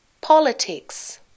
Politics